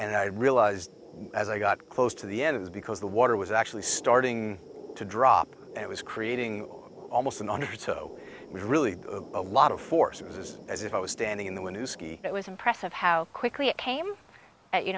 and i realized as i got close to the end is because the water was actually starting to drop and it was creating almost an undertow really a lot of force it was as if i was standing in the wind it was impressive how quickly it came out you